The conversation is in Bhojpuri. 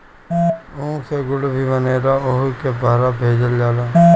ऊख से गुड़ भी बनेला ओहुके बहरा भेजल जाला